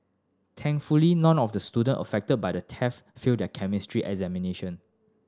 thankfully none of the student affected by the theft failed their Chemistry examination